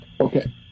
Okay